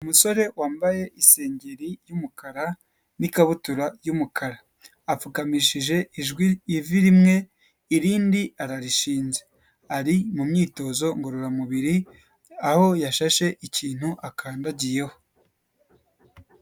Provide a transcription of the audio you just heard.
Umusore wambaye isengeri y'umukara n'ikabutura y'umukara, apfukamishije ivi rimwe irindi ararishinze, ari mu myitozo ngororamubiri aho yashashe ikintu akandagiyeho.